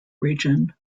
region